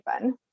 fun